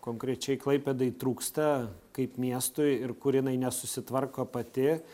konkrečiai klaipėdai trūksta kaip miestui ir kur jinai nesusitvarko pati